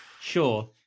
Sure